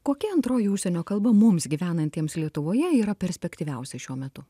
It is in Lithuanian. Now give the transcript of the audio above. kokia antroji užsienio kalba mums gyvenantiems lietuvoje yra perspektyviausia šiuo metu